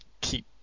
keep